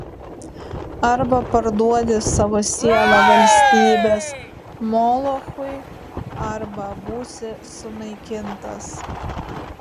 arba parduodi savo sielą valstybės molochui arba būsi sunaikintas